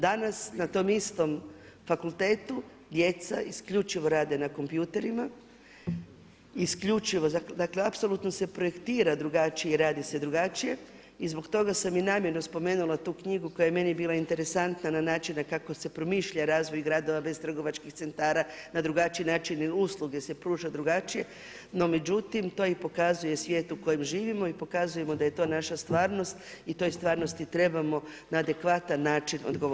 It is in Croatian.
Danas na tom istom fakultetu djeca isključivo rade na kompjuterima, isključivo, dakle apsolutno se projektira drugačije, radi se drugačije, i zbog toga sam i namjerno spomenula tu knjigu koja je meni bila interesantna na način kako se promišlja razvoj gradova bez trgovačkih centara, da drugačiji način, usluge se pruža drugačije, no međutim to i pokazuje svijet u kojem živimo i pokazujemo da je to naša stvarnost i toj stvarnosti trebamo na adekvatan način odgovoriti.